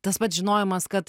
tas pats žinojimas kad